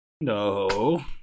No